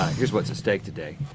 here's what's at stake today.